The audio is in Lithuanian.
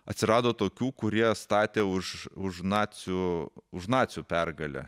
atsirado tokių kurie statė už už nacių už nacių pergalę